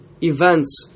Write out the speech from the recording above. events